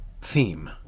theme